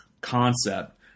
concept